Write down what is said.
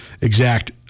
exact